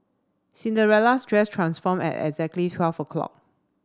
Cinderella's dress transformed at exactly twelve o'clock